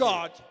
God